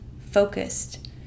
focused